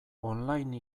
online